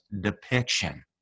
depiction